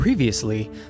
Previously